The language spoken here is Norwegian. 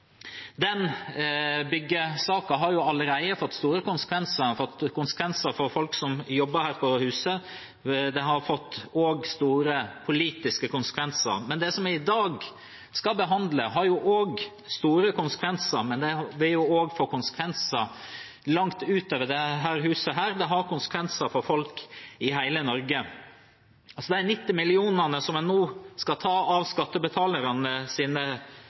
har allerede fått store konsekvenser. Den har fått konsekvenser for folk som jobber her på huset, og den har også fått store politiske konsekvenser. Det som vi i dag skal behandle, har også store konsekvenser, men det vil også få konsekvenser langt utover dette huset. De 90 mill. kr som en nå skal ta av skattebetalernes penger til et byggeprosjekt som har gått fullstendig av skaftet, og som har sprukket ytterligere utover sine